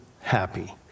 happy